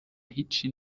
هیچی